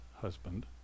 husband